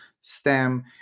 STEM